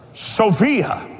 Sophia